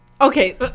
Okay